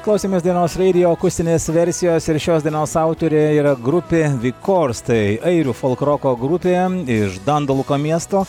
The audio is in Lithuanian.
klausėmės dainos reidijo akustinės versijos ir šios dainos autorė yra grupė vikorstai airių folkloro roko grupė iš dandoluko miesto